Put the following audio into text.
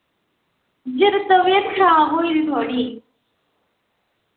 यरो तबीयत खराब होई थोह्ड़ी